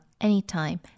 anytime